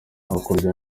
hakurya